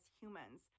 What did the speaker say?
humans